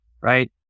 right